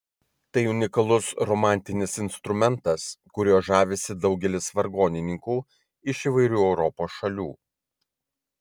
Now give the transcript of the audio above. tai unikalus romantinis instrumentas kuriuo žavisi daugelis vargonininkų iš įvairių europos šalių